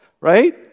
right